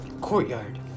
Courtyard